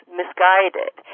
misguided